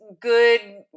good